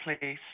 please